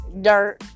dirt